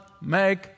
make